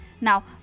Now